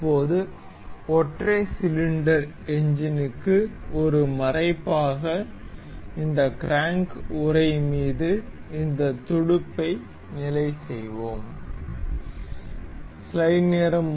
இப்போது ஒற்றை சிலிண்டர் எஞ்சினுக்கு ஒரு மறைப்பாக இந்த க்ராங்க் உறை மீது இந்த துடுப்பை நிலை செய்யலாம்